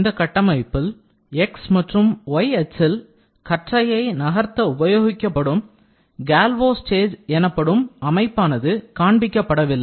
இந்த கட்டமைப்பில் x மற்றும் y அச்சில் கற்றையை நகர்த்த உபயோகிக்கப்படும் கேல்வோ ஸ்டேஜ் எனப்படும் எனப்படும் அமைப்பானது காண்பிக்கப்படவில்லை